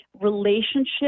relationship